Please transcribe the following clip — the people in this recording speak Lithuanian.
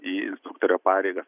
į instruktorio pareigas